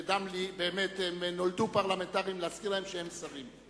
באמת, הם נולדו פרלמנטרים, להזכיר להם שהם שרים.